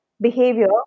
behavior